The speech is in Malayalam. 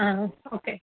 ആ ഓക്കേ